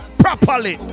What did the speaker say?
properly